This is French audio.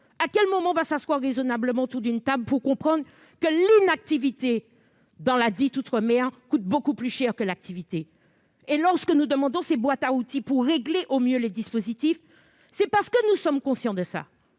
À quel moment nous assoirons-nous raisonnablement autour d'une table pour comprendre que l'inactivité, dans ladite « outre-mer », coûte beaucoup plus cher que l'activité ? Lorsque nous demandons ces boîtes à outils pour régler au mieux les dispositifs, c'est parce que nous sommes conscients de